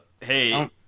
hey